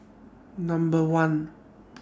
Number one